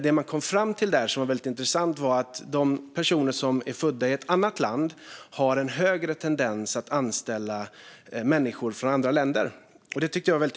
Det man kom fram till som var väldigt intressant var att personer som är födda i ett annat land har en högre tendens att anställa människor från andra länder.